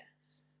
Yes